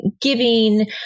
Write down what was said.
giving